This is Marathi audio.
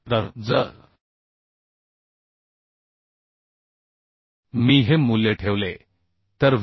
तर जर मी हे मूल्य ठेवले तर व्ही